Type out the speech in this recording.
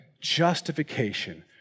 justification